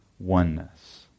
oneness